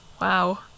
wow